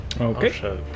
okay